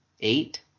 eight